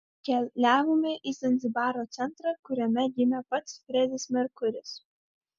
keliavome į zanzibaro centrą kuriame gimė pats fredis merkuris